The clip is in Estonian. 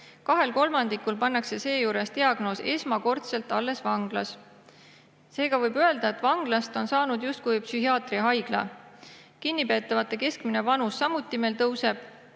Kahel kolmandikul pannakse seejuures diagnoos esmakordselt alles vanglas. Seega võib öelda, et vanglast on saanud justkui psühhiaatriahaigla. Kinnipeetavate keskmine vanus tõuseb meil mõne